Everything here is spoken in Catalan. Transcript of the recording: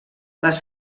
les